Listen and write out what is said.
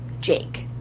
Jake